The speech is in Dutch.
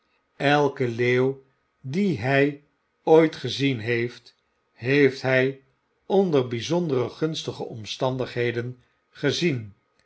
zgn elkenleeuw dien hg ooit gezien heeft heeft hg onder bgzondere gunstige omstandigheden gezien